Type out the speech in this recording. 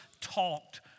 talked